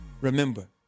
remember